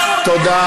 תודה.